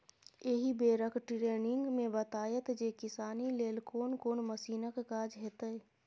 एहि बेरक टिरेनिंग मे बताएत जे किसानी लेल कोन कोन मशीनक काज हेतै